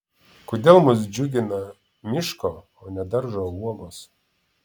kodėl mus džiugina miško o ne daržo uogos